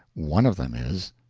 one of them is.